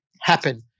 happen